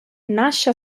nasce